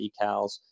decals